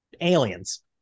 aliens